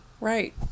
Right